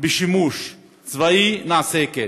בשימוש צבאי, נעשה כן.